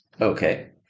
Okay